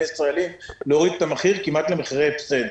הישראלים להוריד את המחיר כמעט למחירי הפסד.